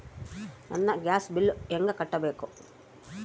ನನ್ನ gas bill ಹೆಂಗ ಕಟ್ಟಬೇಕು?